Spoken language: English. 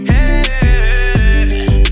Hey